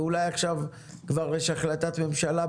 ואולי עכשיו כבר יש החלטת ממשלה.